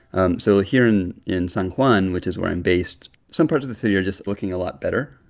um so here in in san juan, which is where i'm based, some parts of the city are just looking a lot better.